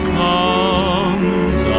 comes